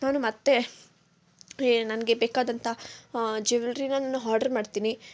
ನಾನು ಮತ್ತೆ ನನಗೆ ಬೇಕಾದಂತಾ ಜ್ಯುವೆಲ್ರಿನ ಹಾರ್ಡ್ರ್ ಮಾಡ್ತೀನಿ